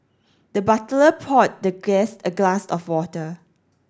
the butler poured the guest a glass of water